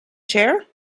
chair